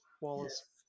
wallace